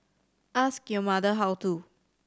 ask your mother how to